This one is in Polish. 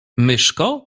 myszko